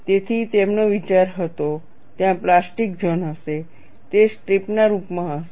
તેથી તેમનો વિચાર હતો ત્યાં પ્લાસ્ટિક ઝોન હશે તે સ્ટ્રીપ ના રૂપમાં હશે